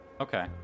Okay